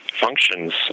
functions